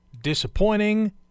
disappointing